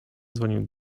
dzwonił